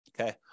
Okay